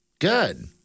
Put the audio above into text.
Good